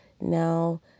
Now